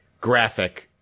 graphic-